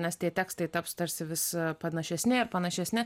nes tie tekstai taps tarsi vis panašesni ir panašesni